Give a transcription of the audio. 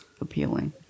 appealing